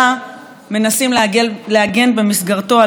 מנסים להגן במסגרתו על טוהר הדת,